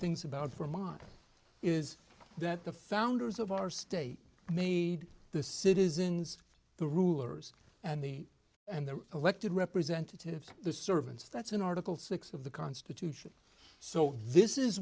things about for mars is that the founders of our state made the citizens the rulers and the and their elected representatives the servants that's in article six of the constitution so this is